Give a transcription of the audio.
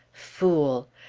fool!